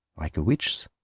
like a witch's.